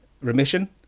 remission